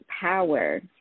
Power